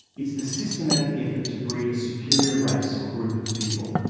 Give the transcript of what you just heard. it's the systematic effort to breed a superior race or group of people.